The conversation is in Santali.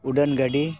ᱩᱰᱟᱹᱱ ᱜᱟᱹᱰᱤ